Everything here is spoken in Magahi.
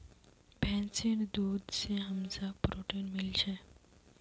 भैंसीर दूध से हमसाक् प्रोटीन मिल छे